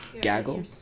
Gaggle